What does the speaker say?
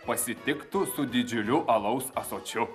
pasitiktų su didžiuliu alaus ąsočiu